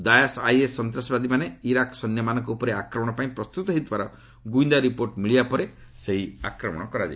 Daesh IS ସନ୍ତାସବାଦୀମାନେ Iraq ସୈନ୍ୟମାନଙ୍କ ଉପରେ ଆକ୍ରମଣ ପାଇଁ ପ୍ରସ୍ତୁତ ହେଉଥିବାର ଗୁଇନ୍ଦା ରିପୋର୍ଟ ମିଳିବା ପରେ ସେହି ଆକ୍ରମଣ ହୋଇଥିଲା